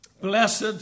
Blessed